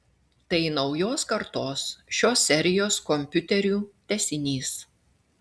tai naujos kartos šios serijos kompiuterių tęsinys